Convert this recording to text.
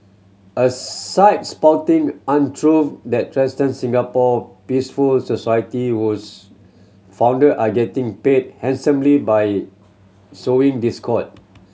a site spouting untruth that Singapore peaceful society whose founder are getting paid handsomely by sowing discord